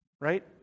right